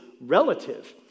relative